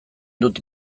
dut